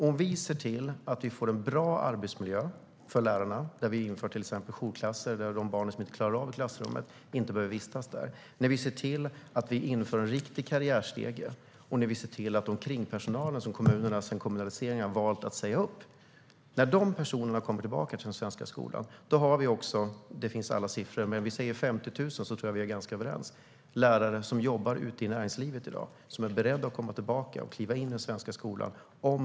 När vi har ordnat en bra arbetsmiljö för lärarna och till exempel infört jourklasser för de barn som inte klarar av ett vanligt klassrum, när vi har infört en riktig karriärstege och när omkringpersonalen, som kommunerna sedan kommunaliseringen valt att säga upp, kommer tillbaka är 50 000 lärare som jobbar i näringslivet beredda att komma tillbaka till den svenska skolan.